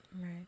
Right